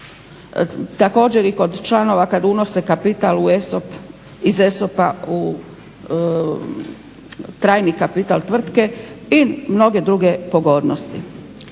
također i kod članova kada unose kapital u ESOP iz ESOP-a trajni kapital tvrtke i mnoge druge pogodnosti.